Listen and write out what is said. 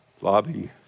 lobby